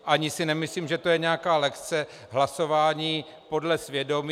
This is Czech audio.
Ani si nemyslím, že to je nějaká lekce hlasování podle svědomí.